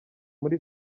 muri